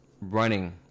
running